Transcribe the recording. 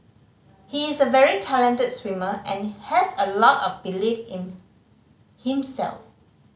he is a very talented swimmer and has a lot of belief in himself